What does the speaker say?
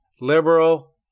Liberal